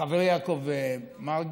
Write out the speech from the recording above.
חברי יעקב מרגי,